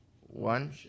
One